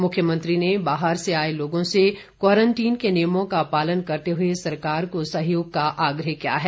मुख्यमंत्री ने बाहर से आए लोगों से क्वारंटीन के नियमों का पालन करते हुए सरकार का सहयोग का आग्रह किया है